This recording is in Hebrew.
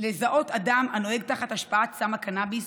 לזהות אדם הנוהג תחת השפעת סם הקנביס